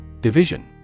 Division